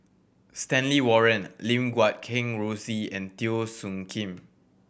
Stanley Warren Lim Guat Kheng Rosie and Teo Soon Kim